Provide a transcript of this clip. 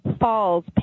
falls